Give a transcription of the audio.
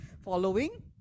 following